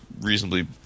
reasonably